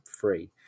free